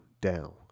down